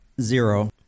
Zero